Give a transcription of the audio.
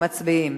מצביעים.